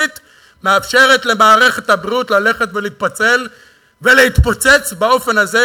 מאפשרת למערכת הבריאות ללכת ולהתפצל ולהתפוצץ באופן הזה,